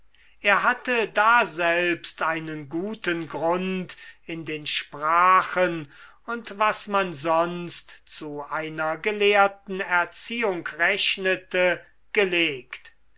er hatte daselbst einen guten grund in den sprachen und was man sonst zu einer gelehrten erziehung rechnete gelegt